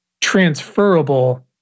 transferable